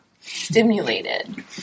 Stimulated